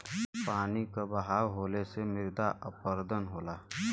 पानी क बहाव होले से मृदा अपरदन होला